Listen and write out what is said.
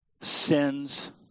sins